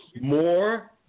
more